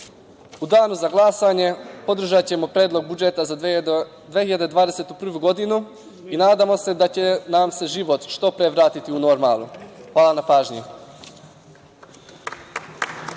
Danu za glasanje podržaćemo Predlog budžeta za 2021. godinu i nadamo se da će nam se život što pre vratiti u normalu. Hvala na pažnji.